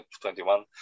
2021